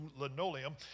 linoleum